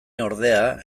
ordea